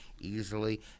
easily